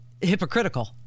hypocritical